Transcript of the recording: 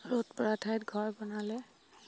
ৰ'দপৰা ঠাইত ঘৰ বনালে